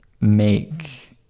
make